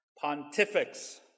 pontifex